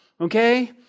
Okay